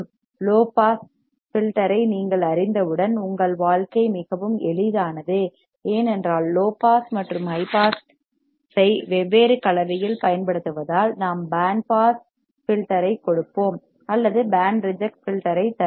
low pass filter ஐ நீங்கள் அறிந்தவுடன் உங்கள் வாழ்க்கை மிகவும் எளிதானது ஏனென்றால் லோ பாஸ் மற்றும் ஹை பாஸை வெவ்வேறு கலவையில் பயன்படுத்துவதால் நாம் பேண்ட் பாஸ் ஃபில்டர் ஐக் கொடுப்போம் அல்லது பேண்ட் ரிஜெக்ட் ஃபில்டர் ஐ தருவோம்